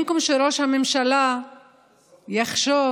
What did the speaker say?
במקום שראש הממשלה יחשוב